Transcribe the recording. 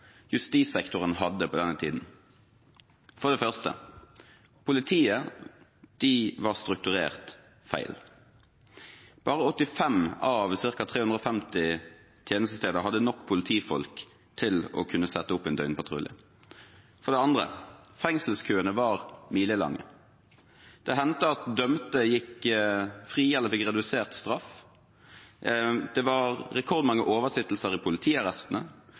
justissektoren hadde på denne tiden. For det første: Politiet var strukturert feil. Bare 85 av ca. 350 tjenestesteder hadde nok politifolk til å kunne sette opp en døgnpatrulje. For det andre: Fengselskøene var milelange. Det hendte at dømte gikk fri eller fikk redusert straff. Det var rekordmange oversittelser i politiarrestene.